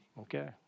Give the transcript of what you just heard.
okay